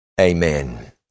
Amen